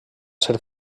ser